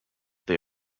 they